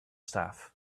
staff